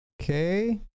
Okay